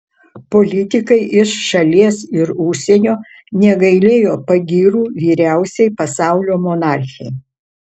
politikai iš šalies ir užsienio negailėjo pagyrų vyriausiai pasaulio monarchei